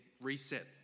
reset